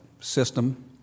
system